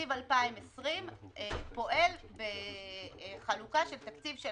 תקציב 2020 פועל בחלוקה של תקציב של